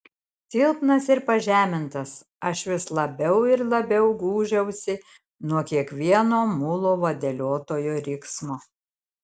silpnas ir pažemintas aš vis labiau ir labiau gūžiausi nuo kiekvieno mulo vadeliotojo riksmo